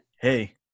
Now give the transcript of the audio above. Hey